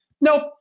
Nope